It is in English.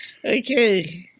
Okay